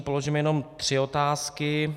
Položím jenom tři otázky.